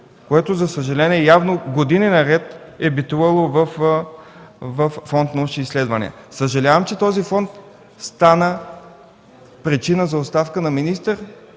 което, за съжаление, явно години наред е битувало във Фонд „Научни изследвания”. Съжалявам, че този фонд стана причина за оставка на министър,